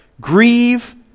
Grieve